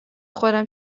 خودم